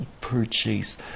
purchase